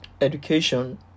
education